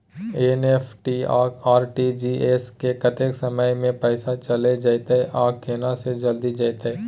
NEFT आ RTGS स कत्ते समय म पैसा चैल जेतै आ केना से जल्दी जेतै?